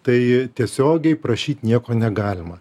tai tiesiogiai prašyti nieko negalima